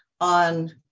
on